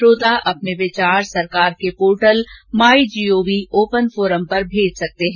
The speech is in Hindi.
श्रोता अपने विचार सरकार के portal my gov open forum पर भेज सकते है